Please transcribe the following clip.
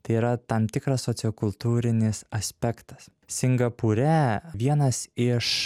tai yra tam tikras sociokultūrinis aspektas singapūre vienas iš